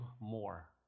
more